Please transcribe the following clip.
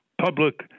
public